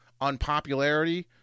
unpopularity